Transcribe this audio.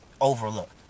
Overlooked